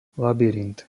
labyrint